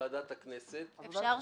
נתקבלה.